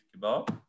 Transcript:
kebab